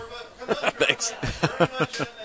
Thanks